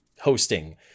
hosting